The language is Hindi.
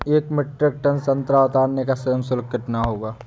एक मीट्रिक टन संतरा उतारने का श्रम शुल्क कितना होगा?